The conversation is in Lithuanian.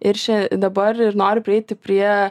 ir še dabar ir noriu prieiti prie